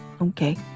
okay